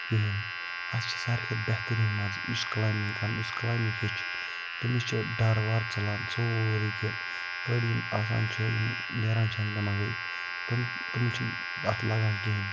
کِہیٖنۍ اَتھ چھِ ساروے کھۄتہٕ بہتریٖن مَزٕ یُس کٕلایمبِنٛگ کرُن یُس کٕلایمبِنٛگ ہیٚچھِ تٔمِس چھِ ڈَر وَر ژَلان سورُے کیٚنٛہہ أڑۍ یِم آسان چھِ یِم نیران چھِ ہَنٛگتہٕ مَنٛگَے تِم تِم چھِنہٕ اَتھ لَگان کِہیٖنۍ